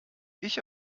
ich